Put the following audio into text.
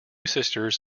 sisters